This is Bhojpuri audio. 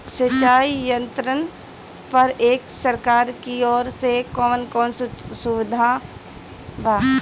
सिंचाई यंत्रन पर एक सरकार की ओर से कवन कवन सुविधा बा?